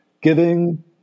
giving